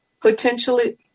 potentially